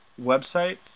website